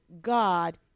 God